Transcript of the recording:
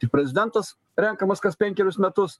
tik prezidentas renkamas kas penkerius metus